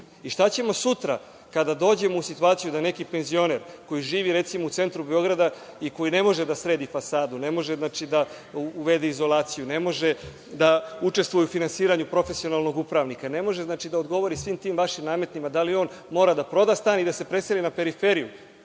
ćemo sutra kada dođemo u situaciju da neki penzioner koji živi, recimo, u centru Beograda i koji ne može da sredi fasadu, ne može da uvede izolaciju, ne može da učestvuje u finansiranju profesionalnog upravnika, ne može da odgovori svim tim vašim nametima, da li on mora da proda stan i da se preseli na periferiju?